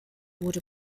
wurde